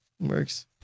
Works